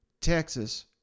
Texas